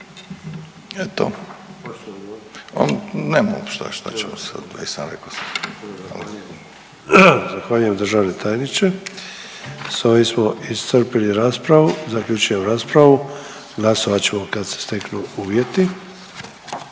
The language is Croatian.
se ne razumije./… **Sanader, Ante (HDZ)** Zahvaljujem državni tajniče. S ovim smo iscrpili raspravu. Zaključujem raspravu, glasovat ćemo kad se steknu uvjeti.